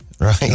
right